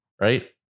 Right